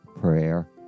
prayer